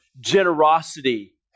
generosity